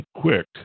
quick